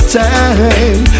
time